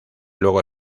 luego